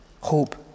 Hope